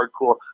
hardcore